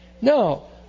No